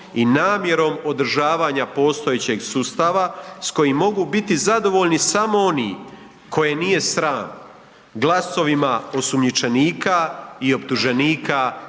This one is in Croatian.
i namjerom održavanja postojećeg sustava s kojim mogu biti zadovoljni samo oni koje nije sram glasovima osumnjičenika i optuženika